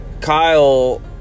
Kyle